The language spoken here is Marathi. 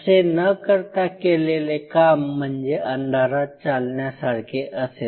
असे न करता केलेले काम म्हणजे अंधारात चालण्यासारखे असेल